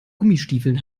gummistiefeln